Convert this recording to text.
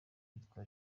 yitwa